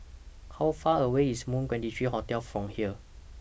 How Far away IS Moon twenty three Hotel from here